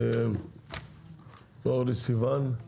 אורלי סיון,